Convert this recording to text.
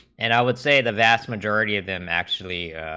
and i would say the vast majority of them actually